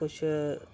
कुछ